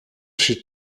she